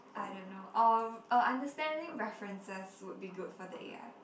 I don't know or or understanding references would be good for the a_i